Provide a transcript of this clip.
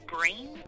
brain